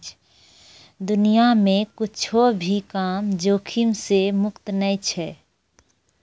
दुनिया मे कुच्छो भी काम जोखिम से मुक्त नै छै